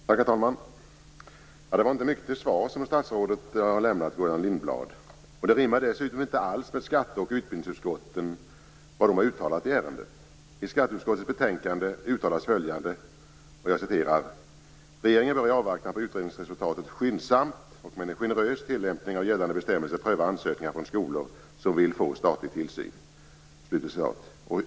Herr talman! Det var inte mycket till svar som statsrådet lämnade Gullan Lindblad. Det rimmar dessutom inte alls med vad skatte och utbildningsutskotten uttalat i ärendet. I skatteutskottets betänkande uttalas följande: "Regeringen bör i avvaktan på utredningsresultatet skyndsamt och med en generös tillämpning av gällande bestämmelser pröva ansökningar från skolor som vill få statlig tillsyn."